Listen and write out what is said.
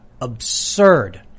absurd